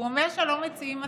הוא אומר שלא מציעים הצעות.